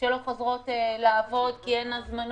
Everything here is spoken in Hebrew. שלא חזרו לעבוד כי אין הזמנות.